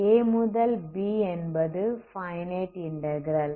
a முதல் b என்பது finite integral